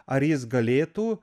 ar jis galėtų